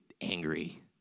angry